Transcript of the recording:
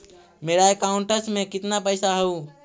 मेरा अकाउंटस में कितना पैसा हउ?